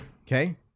Okay